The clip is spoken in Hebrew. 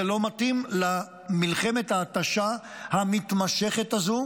זה לא מתאים למלחמת ההתשה המתמשכת הזו.